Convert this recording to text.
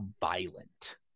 violent